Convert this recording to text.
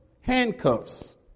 handcuffs